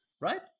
Right